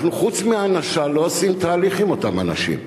אנחנו, חוץ מהענשה, לא עושים תהליך עם אותם אנשים.